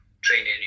training